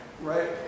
right